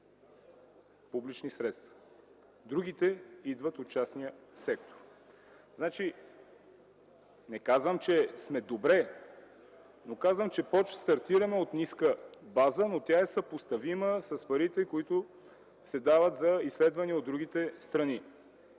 публични средства, а другите средства идват от частния сектор. Не казвам, че сме добре, а стартираме от ниска база, но тя е съпоставима с парите, които се дават за изследвания от другите страни.